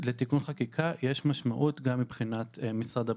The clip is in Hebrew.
לתיקון חקיקה יש משמעות גם מבחינת משרד הבריאות,